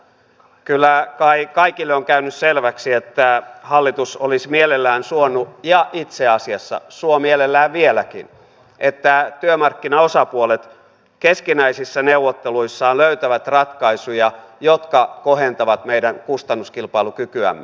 kyllä kai kaikille on käynyt selväksi että hallitus olisi mielellään suonut ja itse asiassa suo mielellään vieläkin että työmarkkinaosapuolet keskinäisissä neuvotteluissaan löytävät ratkaisuja jotka kohentavat meidän kustannuskilpailukykyämme